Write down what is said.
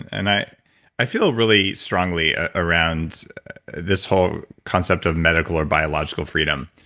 and i i feel really strongly around this whole concept of medical or biological freedom,